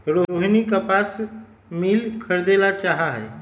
रोहिनी कपास मिल खरीदे ला चाहा हई